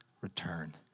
return